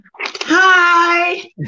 Hi